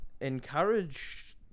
encourage